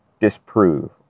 disprove